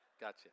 gotcha